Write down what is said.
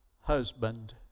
husband